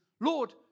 Lord